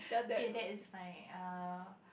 K that is fine err